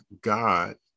God